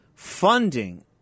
Funding